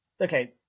okay